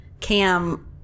cam